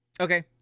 Okay